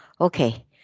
okay